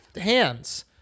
hands